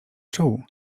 czuł